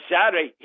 Saturday